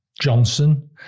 Johnson